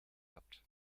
habt